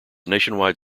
nationwide